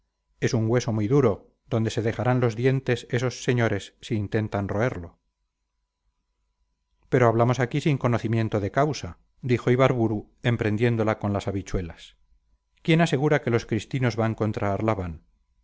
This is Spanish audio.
es un hueso muy duro donde se dejarán los dientes esos señores si intentan roerlo pero hablamos aquí sin conocimiento de causa dijo ibarburu emprendiéndola con las habichuelas quién asegura que los cristinos van contra arlabán